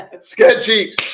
Sketchy